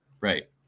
Right